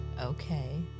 Okay